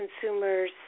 consumers